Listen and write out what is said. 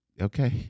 Okay